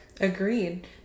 agreed